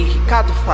Ricardo